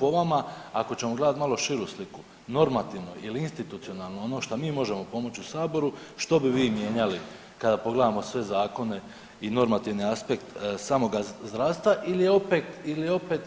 Po vama ako ćemo gledat malo širu sliku, normativno ili institucionalno ono šta mi možemo pomoć u saboru, što bi vi mijenjali kada pogledamo sve zakone i normativne aspekte samoga zdravstva ili opet ili opet